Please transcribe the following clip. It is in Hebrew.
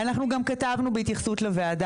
אנחנו גם כתבנו בהתייחסות לוועדה,